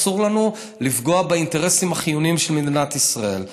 אסור לנו לפגוע באינטרסים החיוניים של מדינת ישראל.